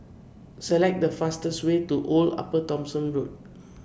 Select The fastest Way to Old Upper Thomson Road